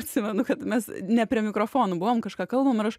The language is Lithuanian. atsimenu kad mes ne prie mikrofonų buvom kažką kalbam ir aš